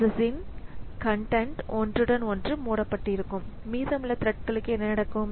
பிராசசின்கன்டன்ட் ஒன்றுடன் ஒன்று மூடப்பட்டிருக்கும் மீதமுள்ள த்ரெட்களுக்கு என்ன நடக்கும்